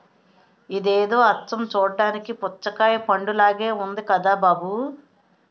ఇదేదో అచ్చం చూడ్డానికి పుచ్చకాయ పండులాగే ఉంది కదా బాబూ